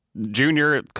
Junior